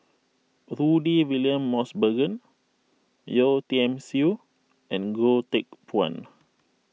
Rudy William Mosbergen Yeo Tiam Siew and Goh Teck Phuan